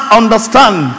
understand